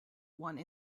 one